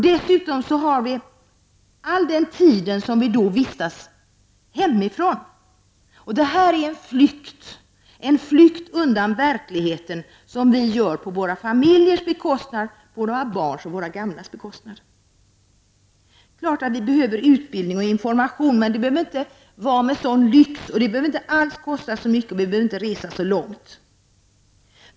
Dessutom all den tid vi är hemifrån. Detta är en flykt undan verkligheten på våra familjers bekostnad, på våra barns och våra gamlas be Visst behöver vi utbildning och information, men det behöver inte vara i sådan lyx och vi behöver inte resa så långt.